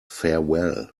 farewell